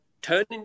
turning